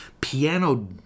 piano